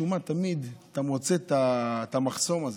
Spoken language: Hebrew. משום מה תמיד אתה מוצא את המחסום הזה,